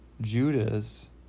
Judas